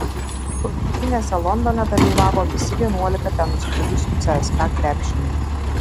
rungtynėse londone dalyvavo visi vienuolika ten nuskridusių cska krepšininkų